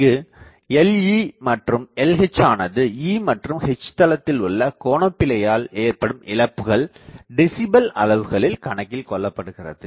இங்கு le மற்றும் lh ஆனது E மற்றும் H தளத்தில் உள்ள கோணப்பிழையால் ஏற்படும் இழப்புகள் டெசிபல் அளவுகளில் கணக்கில் கொள்ளப்படுகிறது